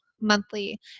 monthly